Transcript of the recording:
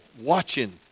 watching